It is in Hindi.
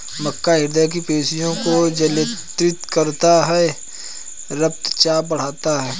मक्का हृदय की पेशियों को उत्तेजित करता है रक्तचाप बढ़ाता है